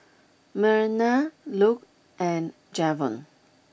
Myrna Luc and Javon